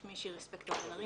שמי שירי ספקטור בן ארי,